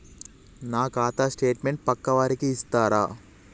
నా ఖాతా స్టేట్మెంట్ పక్కా వారికి ఇస్తరా?